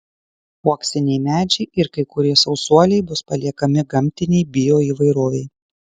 uoksiniai medžiai ir kai kurie sausuoliai bus paliekami gamtinei bioįvairovei